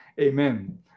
Amen